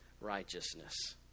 righteousness